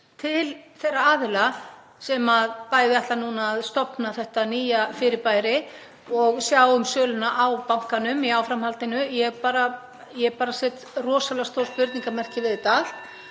til þeirra aðila sem nú ætla bæði að stofna þetta nýja fyrirbæri og sjá um söluna á bankanum í áframhaldinu. Ég set rosalega stórt spurningarmerki við þetta